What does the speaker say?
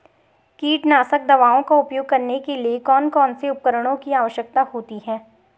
कीटनाशक दवाओं का उपयोग करने के लिए कौन कौन से उपकरणों की आवश्यकता होती है?